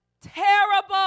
terrible